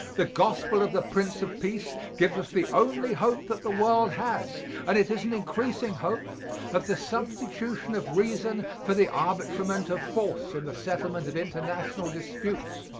the gospel of the prince of peace gives us the only hope that the world has and it is an increasing hope of the substitution of reason for the arbitrament of force in the settlement of international disputes.